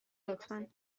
لطفا